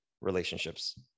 relationships